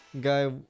guy